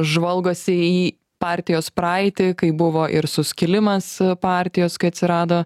žvalgosi į partijos praeitį kai buvo ir suskilimas partijos kai atsirado